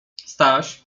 staś